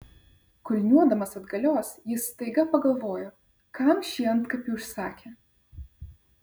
kulniuodamas atgalios jis staiga pagalvojo kam šį antkapį užsakė